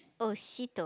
oh Sitoh